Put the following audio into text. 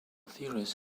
theories